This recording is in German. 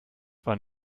war